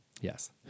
Yes